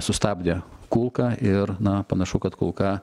sustabdė kulką ir na panašu kad kulka